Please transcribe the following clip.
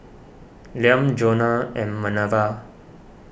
Liam Jonna and Manerva